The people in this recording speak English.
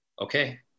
okay